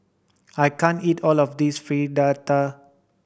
I can't eat all of this Fritada